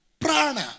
Prana